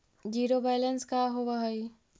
Zero balance का होव हइ?